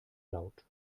laut